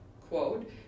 quote